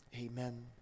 Amen